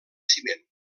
ciment